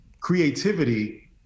creativity